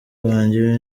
banjye